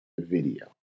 video